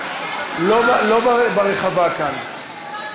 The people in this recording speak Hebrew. לא ברחבה כאן.